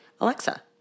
Alexa